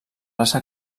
raça